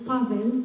Pavel